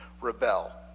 rebel